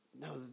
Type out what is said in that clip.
no